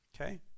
Okay